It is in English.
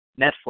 Netflix